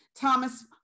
Thomas